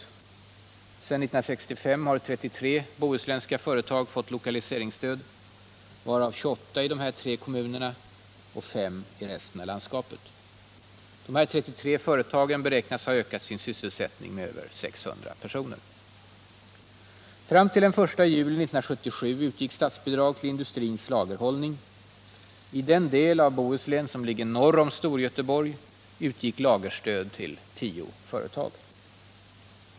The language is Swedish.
Sedan 1965 har 33 bohuslänska företag fått lokaliseringsstöd, varav 28 i dessa tre kommuner och 5 i resten av landskapet. De här 33 företagen beräknas ha ökat sin sysselsättning med över 600 personer. Fram till den 1 juli 1977 utgick statsbidrag till industrins lagerhållning. I den del av Bohuslän som ligger norr om Stor-Göteborg utgick lagerstöd till 10 företag.